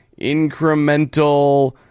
incremental